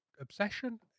obsession